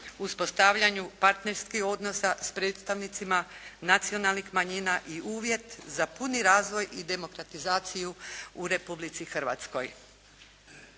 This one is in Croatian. uspostavljanju partnerskih odnosa s predstavnicima nacionalnih manjina i uvjet za puni razvoj i demokratizaciju u Republici Hrvatskoj.